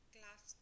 Class